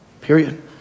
Period